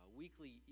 weekly